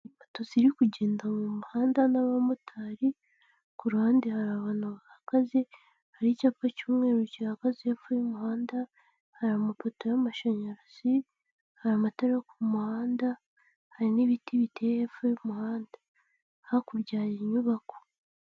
Moto ziri kugenda mu muhanda n'abamotari, ku ruhande hari abantu bahagaze, hari icyapa cy'umweru gihagaze hepfo umuhanda, hari amapoto y'amashanyarazi, hari amatara yo ku muhanda, hari n'ibiti biteye hepfo y'umuhanda, hakurya y'inyubako.